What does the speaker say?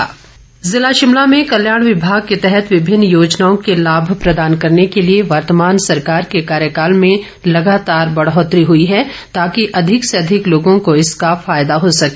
सुरेश भारद्वाज ज़िला शिमला में कल्याण विभाग के तहत विभिन्न योजनाओं के लाभ प्रदान करने के लिए वर्तमान सरकार के कार्यकाल में लगातार बढ़ोतरी हुई है ताकि अधिक लोगों को इसका फायदा हो सके